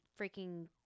freaking